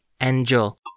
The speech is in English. Angel